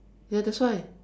ya that's why